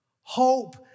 Hope